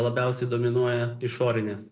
labiausiai dominuoja išorinės